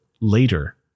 later